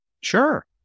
Sure